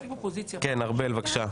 ארבל, בבקשה.